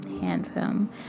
handsome